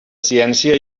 ciència